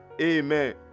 Amen